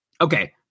okay